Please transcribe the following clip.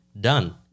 Done